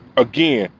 again,